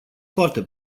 foarte